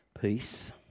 peace